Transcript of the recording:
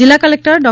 જિલ્લા કલેક્ટર ડો